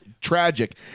tragic